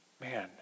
man